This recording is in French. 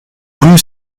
rue